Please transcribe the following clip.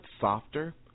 softer